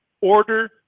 order